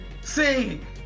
sing